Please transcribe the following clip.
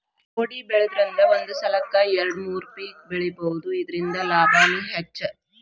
ಕೊಡಿಬೆಳಿದ್ರಂದ ಒಂದ ಸಲಕ್ಕ ಎರ್ಡು ಮೂರು ಪಿಕ್ ಬೆಳಿಬಹುದು ಇರ್ದಿಂದ ಲಾಭಾನು ಹೆಚ್ಚ